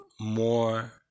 more